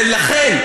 ולכן,